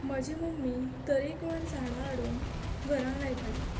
म्हजी मम्मी तरेकवार झाडां हाडून घरांक लायताली